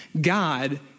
God